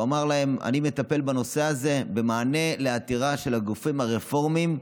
והוא אמר להם: אני מטפל בנושא הזה במענה על עתירה של הגופים הרפורמיים,